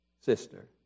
sister